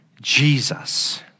Jesus